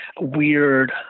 weird